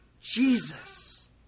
Jesus